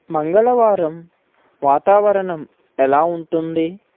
మంగళవారం వాతావరణం ఎలా ఉంటుంది